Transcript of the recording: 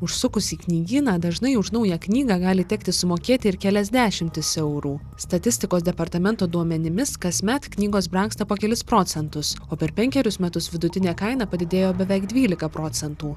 užsukus į knygyną dažnai už naują knygą gali tekti sumokėti ir kelias dešimis eurų statistikos departamento duomenimis kasmet knygos brangsta po kelis procentus o per penkerius metus vidutinė kaina padidėjo beveik dvylika procentų